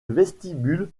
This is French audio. vestibule